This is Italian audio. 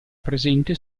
presente